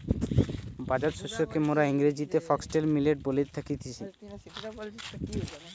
বাজরা শস্যকে মোরা ইংরেজিতে ফক্সটেল মিলেট বলে থাকতেছি